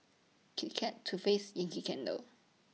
Kit Kat Too Faced Yankee Candle